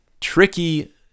tricky